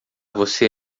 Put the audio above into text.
você